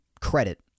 credit